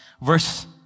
verse